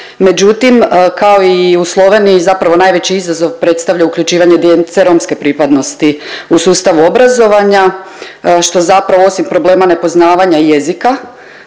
Međutim kao i u Sloveniji zapravo najveći izazov predstavlja uključivanje djeca romske pripadnosti u sustav obrazovanja što zapravo osim problema nepoznavanja jezika